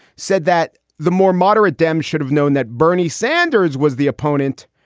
said that the more moderate dems should have known that bernie sanders was the opponent.